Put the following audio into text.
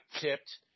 tipped